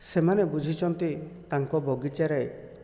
ସେମାନେ ବୁଝିଛନ୍ତି ତାଙ୍କ ବଗିଚାରେ